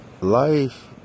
life